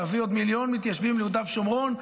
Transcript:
להביא עוד מיליון מתיישבים ליהודה ושומרון.